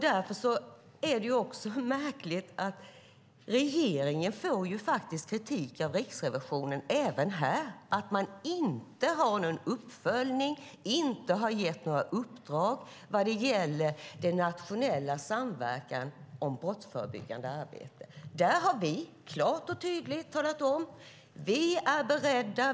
Därför är det också märkligt att regeringen faktiskt får kritik från Riksrevisionen även i fråga om detta, nämligen att man inte har någon uppföljning och inte har gett några uppdrag vad gäller den nationella samverkan om brottsförebyggande arbete. Där har vi klart och tydligt talat om att vi är beredda.